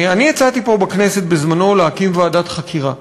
אני הצעתי פה בכנסת בזמנו להקים ועדת חקירה,